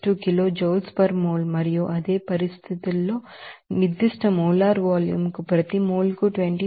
62 kilojoules per mole మరియు అదే పరిస్థితుల్లో నిర్దిష్ట మోలార్ వాల్యూం మాకు ప్రతి మోల్ కు 24